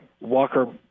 Walker